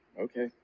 okay